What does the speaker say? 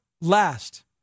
last